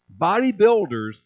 bodybuilders